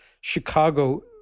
Chicago